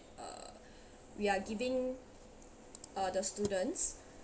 uh we are giving uh the students